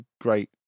great